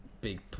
big